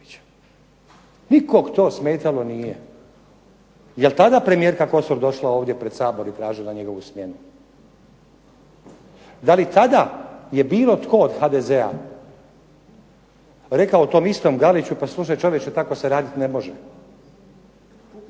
Nikog to smetalo nije. Jel tada premijerka Kosor došla ovdje pred Sabor i tražila njegovu smjenu? Da li tada je bilo tko od HDZ-a rekao tom istom Galiću pa slušaj čovječe tako se radit ne može?